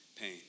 pain